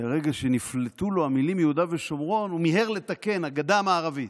ברגע שנפלטו לו המילים "יהודה ושומרון" הוא מיהר לתקן "הגדה המערבית",